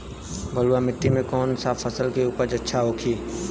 बलुआ मिट्टी में कौन सा फसल के उपज अच्छा होखी?